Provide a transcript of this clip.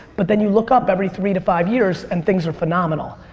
but then you look up every three to five years and things are phenomenal.